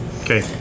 Okay